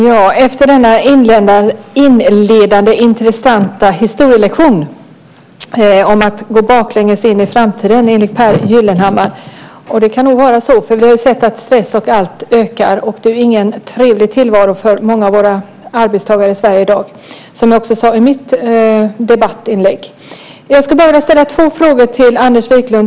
Fru talman! Det var en intressant inledande historielektion om att gå baklänges in i framtiden, enligt Pehr Gyllenhammar. Och det kan nog vara så, för vi har sett att stressen ökar, och det är ingen trevlig tillvaro för många av våra arbetstagare i Sverige i dag, som jag också sade i mitt debattinlägg. Jag skulle bara vilja ställa två frågor till Anders Wiklund.